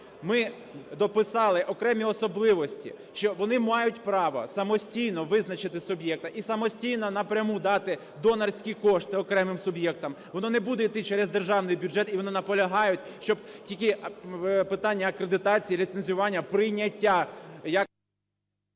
ми дописали окремі особливості, що вони мають право самостійно визначити суб'єкта і самостійно напряму дати донорські кошти окремим суб'єктам. Воно не буде йти через державний бюджет. І вони наполягають, щоб тільки питання акредитації, ліцензування, прийняття